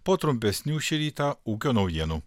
po trumpesnių šį rytą ūkio naujienų